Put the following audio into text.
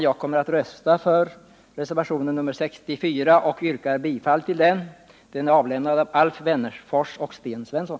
Jag kommer att rösta för reservationen 64 och yrkar bifall till den. Den är avlämnad av Alf Wennerfors och Sten Svensson.